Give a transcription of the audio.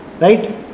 Right